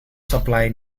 supply